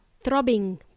throbbing